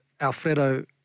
Alfredo